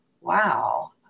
wow